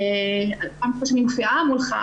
פעם ראשונה שאני מופיעה מולך,